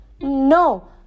No